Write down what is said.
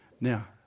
Now